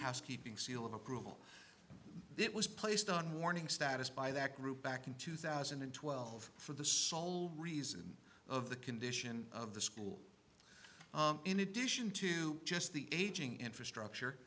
housekeeping seal of approval that was placed on morning status by that group back in two thousand and twelve for the sole reason of the condition of the school in addition to just the aging infrastructure